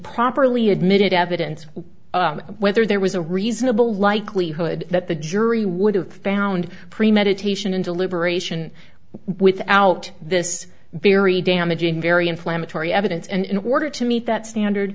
properly admitted evidence whether there was a reasonable likelihood that the jury would have found premeditation and deliberation without this very damaging very inflammatory evidence and in order to meet that standard